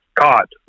caught